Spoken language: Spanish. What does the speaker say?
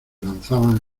lanzaban